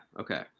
okay